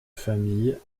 famille